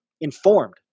informed